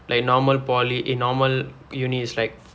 like normal poly eh normal uni is like